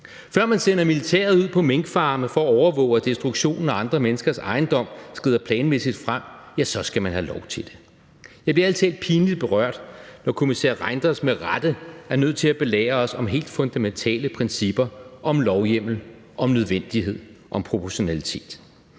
Før man sender militæret ud på minkfarme for at overvåge, at destruktionen af andre menneskers ejendom skrider planmæssigt frem, ja, så skal man have lov til det. Jeg bliver ærlig talt pinligt berørt, når kommissær Reynders med rette er nødt til at belære os om helt fundamentale principper om lovhjemmel, om nødvendighed og om proportionalitet.